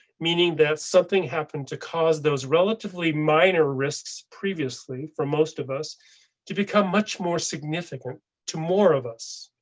meaning that something happened to cause those relatively minor risks. previously, for most of us to become much more significant to more of us.